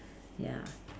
ya